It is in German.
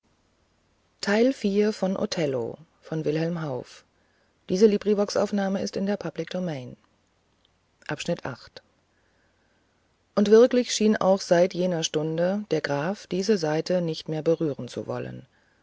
und wirklich schien auch seit jener stunde der graf diese saite nicht mehr berühren zu wollen